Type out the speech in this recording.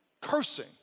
Cursing